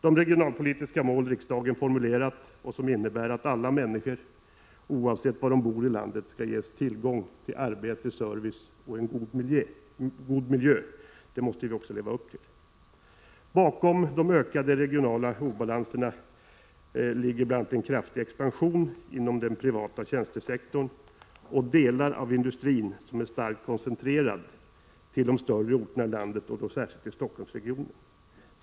De regionalpolitiska mål riksdagen formulerat och som innebär att alla människor, oavsett var de bor i landet, skall ges tillgång till arbete, service och en god miljö måste vi leva upp till. Bakom de ökade regionala obalanserna ligger bl.a. en kraftig expansion inom den privata tjänstesektorn och delar av industrin, som är starkt koncentrerad till de större orterna i landet och då särskilt till Stockholmsregionen.